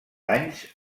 danys